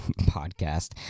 podcast